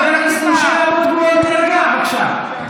שמענו במשך עשר דקות את חבר הכנסת שלמה קרעי,